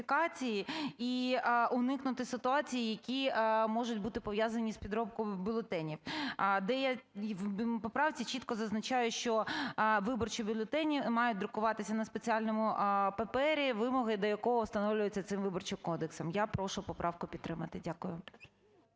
і уникнути ситуацій, які можуть бути пов'язані з підробкою бюлетенів, де в я поправці чітко зазначаю, що виборчі бюлетені мають друкуватися на спеціальному папері, вимоги до якого встановлюються цим Виборчим кодексом. Я прошу поправку підтримати. Дякую.